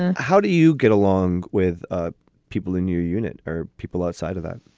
and how do you get along with ah people in your unit or people outside of that?